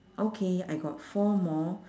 okay I got four more